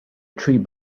tree